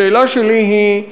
השאלה שלי היא,